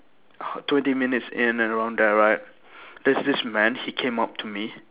uh twenty minutes in and around there right there's this man he came up to me